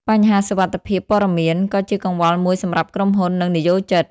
បញ្ហាសុវត្ថិភាពព័ត៌មាន ក៏ជាកង្វល់មួយសម្រាប់ក្រុមហ៊ុន និងនិយោជិត។